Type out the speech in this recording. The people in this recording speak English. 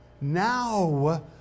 now